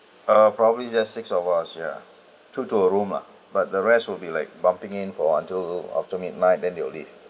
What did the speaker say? uh probably it's just six of us ya so two rooms lah but the rest will be like bumming in for until after midnight then they'll leave